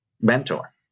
mentor